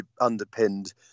underpinned